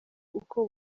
uko